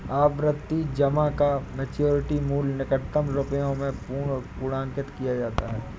आवर्ती जमा का मैच्योरिटी मूल्य निकटतम रुपये में पूर्णांकित किया जाता है